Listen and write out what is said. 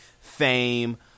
fame